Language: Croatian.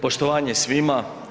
Poštovane svima.